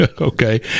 okay